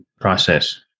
process